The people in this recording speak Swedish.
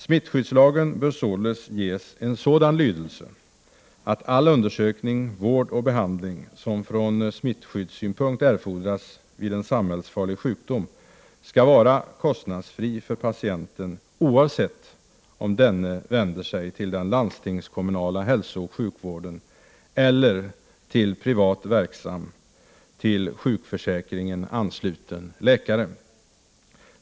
Smittskyddslagen bör således ges en sådan lydelse att all undersökning, vård och behandling som från smittskyddssynpunkt erfordras vid en samhällsfarlig sjukdom skall vara kostnadsfri för patienten oavsett om denne vänder sig till den landstingskommunala hälsooch sjukvården eller till privat verksam, till sjukförsäkringen ansluten läkare.